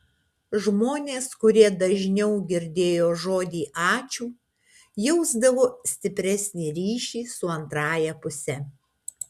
žmonės kurie dažniau girdėjo žodį ačiū jausdavo stipresnį ryšį su antrąja puse